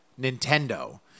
Nintendo